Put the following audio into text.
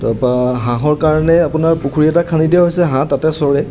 তাৰপা হাঁহৰ কাৰণে আপোনাৰ পুখুৰী এটা খান্দি দিয়া হৈছে হাঁহ তাতে চৰে